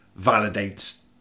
validates